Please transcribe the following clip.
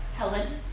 Helen